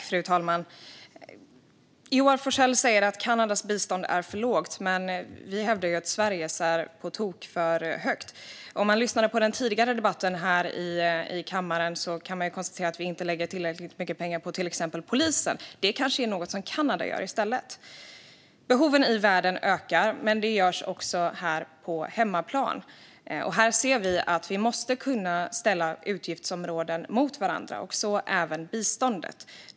Fru talman! Joar Forssell säger att Kanadas bistånd är för lågt. Vi hävdar att Sveriges bistånd är på tok för högt. Med tanke på den föregående debatten här i kammaren kan man konstatera att vi inte lägger tillräckligt mycket pengar på till exempel polisen. Det kanske är något som Kanada gör i stället. Behoven i världen ökar, men det är också fallet här på hemmaplan. Vi ser att vi måste kunna ställa utgiftsområden mot varandra. Det gäller även biståndet.